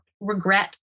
regret